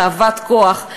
תאוות כוח,